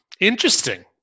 Interesting